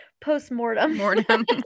Postmortem